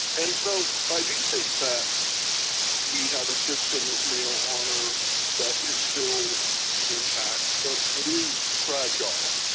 and so i do think that we have a system of male honor that is still intact but it is fragile.